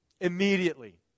Immediately